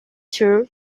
true